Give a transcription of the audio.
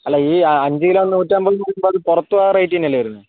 അല്ല ഈ അഞ്ച് കിലോ നൂറ്റമ്പത് പറയുമ്പോൾ അത് പുറത്തും ആ റേറ്റ് തന്നെ അല്ലേ വരുന്നത്